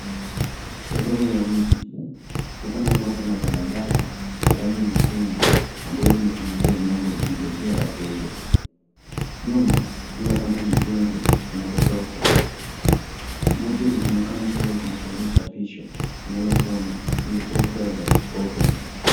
Sehemu ya mji inaonekana kuwa kuna daladala ya rangi nyekundu ambalo limegufunguliwa mlango likingojea wateja. Nyuma tunaweza kuona mijengo ya maghorofa. Moja linaonekana liko na saini chapisho linalosoma[ cs]24/7 open .